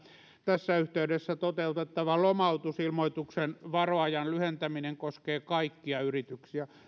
tässä yhteydessä toteutettava lomautusilmoituksen varoajan lyhentäminen koskee kaikkia yrityksiä